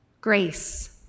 Grace